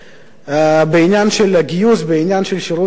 בעניין הגיוס, בעניין השירות לכול,